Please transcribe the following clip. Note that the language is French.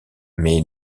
mais